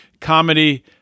comedy